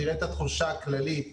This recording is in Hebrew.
תראה את התחושה הכללית.